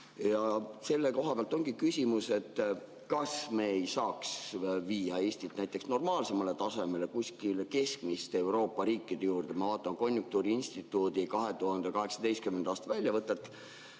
Selle koha pealt ongi küsimus, kas me ei saaks viia Eestit normaalsemale tasemele, kuskile keskmiste Euroopa riikide juurde. Ma vaatan konjunktuuriinstituudi 2018. aasta väljavõtet